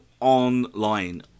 online